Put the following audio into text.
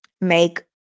Make